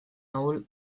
ahul